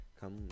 come